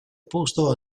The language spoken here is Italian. posto